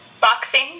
boxing